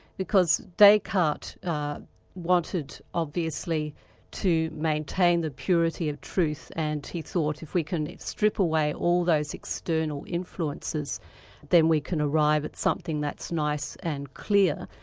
because descartes wanted obviously to maintain the purity of truth and he thought if we can strip away all those external influences then we can arrive at something that's nice and clear.